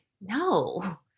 No